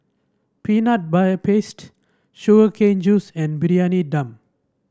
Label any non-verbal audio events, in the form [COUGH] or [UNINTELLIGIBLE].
Peanut [UNINTELLIGIBLE] Paste Sugar Cane Juice and Briyani Dum